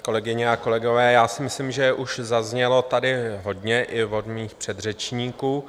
Kolegyně a kolegové, já si myslím, že už zaznělo tady hodně i vhodných předřečníků.